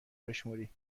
بشمری